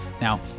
Now